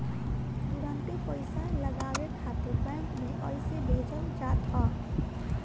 तुरंते पईसा लगावे खातिर बैंक में अइसे भेजल जात ह